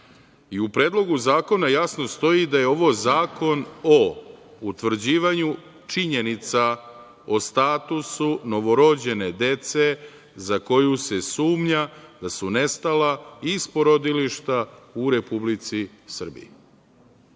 i u predlogu zakona jasno stoji da je ovo zakon o utvrđivanju činjenica o statusu novorođene dece za koju se sumnja da su nestala iz porodilišta u Republici Srbiji. Svako